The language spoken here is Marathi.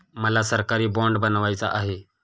मला सरकारी बाँड बनवायचा आहे